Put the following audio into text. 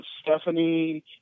Stephanie